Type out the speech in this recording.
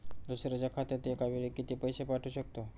दुसऱ्या खात्यात एका वेळी किती पैसे पाठवू शकतो?